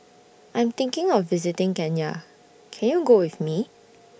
I'm thinking of visiting Kenya Can YOU Go with Me